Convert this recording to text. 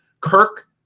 kirk